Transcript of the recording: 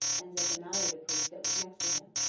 and zephaniah the priest that was next to him,